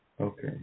Okay